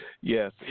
Yes